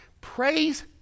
Praise